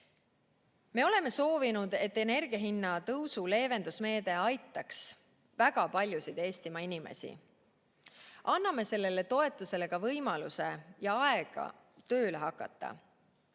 Me oleme soovinud, et energia hinnatõusu leevendusmeede aitaks väga paljusid Eestimaa inimesi. Anname sellele toetusele ka võimaluse ja aega tööle hakata.